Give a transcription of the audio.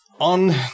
On